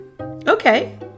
Okay